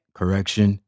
correction